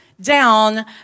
Down